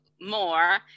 more